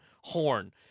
horn